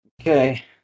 Okay